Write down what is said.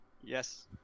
Yes